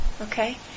Okay